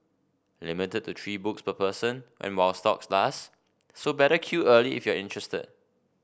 limited to three books per person and while stocks last so better queue early if you're interested